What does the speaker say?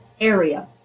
area